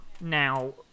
now